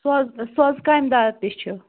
سوزٕ سوزٕ کامہِ دار تہِ چھِ